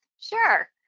Sure